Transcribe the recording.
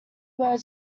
word